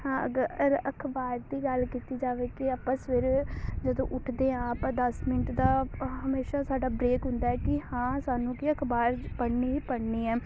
ਹਾਂ ਅਗਰ ਅਰ ਅਖ਼ਬਾਰ ਦੀ ਗੱਲ ਕੀਤੀ ਜਾਵੇ ਕਿ ਆਪਾਂ ਸਵੇਰੇ ਜਦੋਂ ਉੱਠਦੇ ਹਾਂ ਆਪਾਂ ਦਸ ਮਿੰਟ ਦਾ ਹਮੇਸ਼ਾ ਸਾਡਾ ਬ੍ਰੇਕ ਹੁੰਦਾ ਕਿ ਹਾਂ ਸਾਨੂੰ ਕਿ ਅਖ਼ਬਾਰ ਪੜ੍ਹਨੀ ਹੀ ਪੜ੍ਹਨੀ ਆ